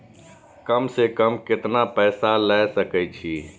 कम से कम केतना पैसा ले सके छी?